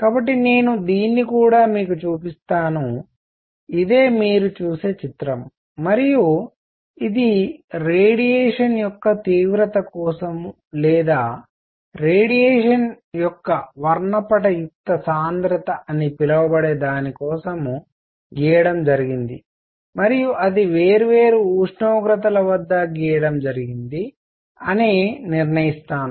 కాబట్టి నేను దీన్ని కూడా మీకు చూపిస్తాను ఇదే మీరు చూసే చిత్రం మరియు ఇది రేడియేషన్ యొక్క తీవ్రత కోసం లేదా రేడియేషన్ యొక్క వర్ణపటయుక్త సాంద్రత అని పిలవబడేదాని కోసం గీయడం జరిగింది మరియు అది వేర్వేరు ఉష్ణోగ్రతల వద్ద గీయడం జరిగింది అని నేను నిర్ణయిస్తాను